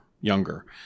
younger